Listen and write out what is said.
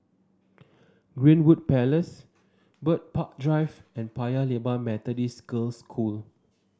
Greenwood Place Bird Park Drive and Paya Lebar Methodist Girls' School